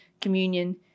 communion